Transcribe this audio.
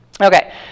okay